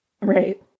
right